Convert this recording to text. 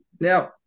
now